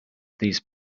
these